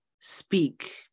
speak